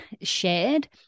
shared